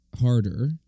Harder